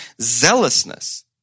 zealousness